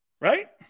Right